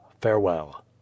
Farewell